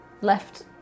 left